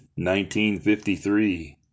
1953